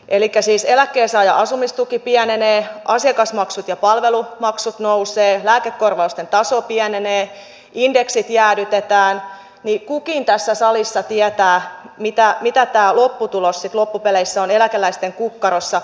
elikkä siis eläkkeensaajan asumistuki pienenee asiakasmaksut ja palvelumaksut nousevat lääkekorvausten taso pienenee indeksit jäädytetään kukin tässä salissa tietää mitä tämä lopputulos sitten loppupeleissä on eläkeläisten kukkarossa